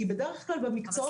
כי בדרך כלל במקצועות האלה,